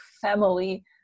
family